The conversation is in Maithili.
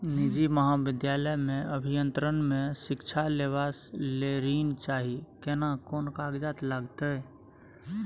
निजी महाविद्यालय से अभियंत्रण मे शिक्षा लेबा ले ऋण चाही केना कोन कागजात लागतै?